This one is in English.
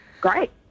great